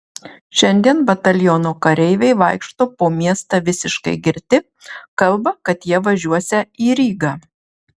šiandien bataliono kareiviai vaikšto po miestą visiškai girti kalba kad jie važiuosią į rygą